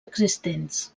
existents